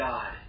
God